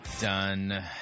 Done